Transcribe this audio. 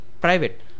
private